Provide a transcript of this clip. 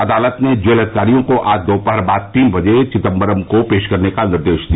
अदालत ने जेल अधिकारियों को आज दोपहर बाद तीन बजे चिदम्बरम को पेश करने का निर्देश दिया